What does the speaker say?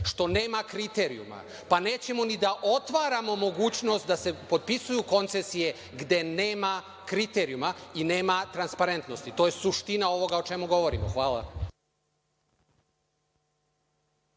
što nema kriterijuma, pa, nećemo ni da otvaramo mogućnost da se potpisuju koncesije gde nema kriterijuma i nema transparentnosti, to je suština ovoga o čemu govorimo. Hvala.